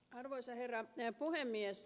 arvoisa herra puhemies